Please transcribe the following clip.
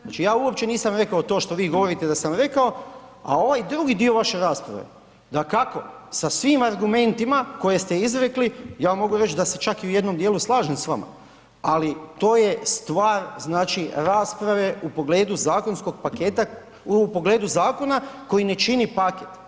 Znači ja uopće nisam rekao to što vi govorite da sam rekao, a ovaj drugi dio vaše rasprave dakako sa svim argumentima koje ste izrekli ja vam mogu reći da se čak i u jednom dijelu slažem s vama, ali to je stvar znači rasprave u pogledu zakonskog paketa u pogledu zakona koji ne čini paket.